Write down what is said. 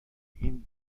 این